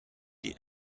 die